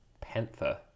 panther